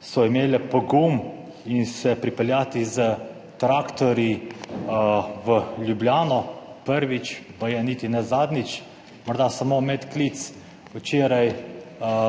so imele pogum in se pripeljati s traktorji v Ljubljano, prvič, baje niti ne zadnjič. Morda samo medklic, včeraj